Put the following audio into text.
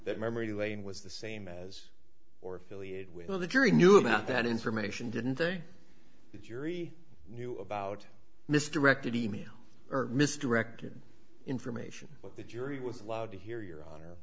that memory lane was the same as or affiliated with the jury knew about that information didn't they the jury knew about misdirected e mail or misdirected information but the jury was allowed to hear your honor